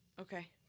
Okay